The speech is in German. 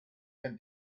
kein